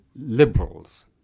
liberals